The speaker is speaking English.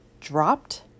dropped